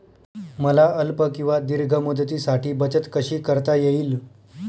मला अल्प किंवा दीर्घ मुदतीसाठी बचत कशी करता येईल?